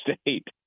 state